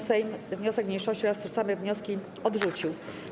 Sejm wniosek mniejszości oraz tożsame wnioski odrzucił.